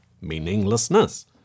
meaninglessness